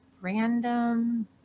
random